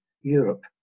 Europe